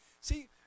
See